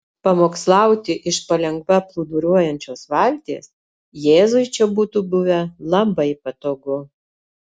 pamokslauti iš palengva plūduriuojančios valties jėzui čia būtų buvę labai patogu